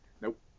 Nope